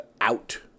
out